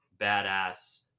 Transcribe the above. badass